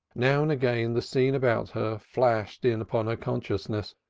now and again the scene about her flashed in upon her consciousness,